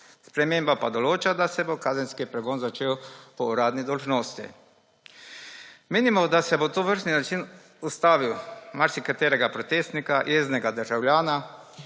sprememba pa določa, da se bo kazenski pregon začel po uradni dolžnosti. Menimo, da bo tovrstni način ustavil marsikaterega protestnika, jeznega državljana